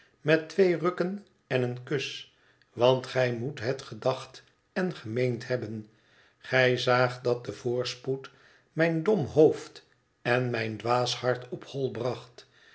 met twee rukken en een kus iwant gij moet het gedacht en gemeend hebben gij zaagt dat de voorspoed mijn dom hoofd en mijn dwaas hart op hol bracht